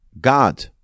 God